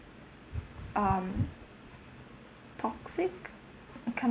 um toxic I can't